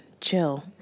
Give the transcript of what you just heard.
chill